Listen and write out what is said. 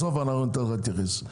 בסוף ניתן לך להתייחס.